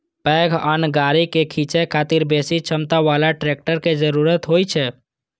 पैघ अन्न गाड़ी कें खींचै खातिर बेसी क्षमता बला ट्रैक्टर के जरूरत होइ छै